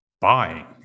buying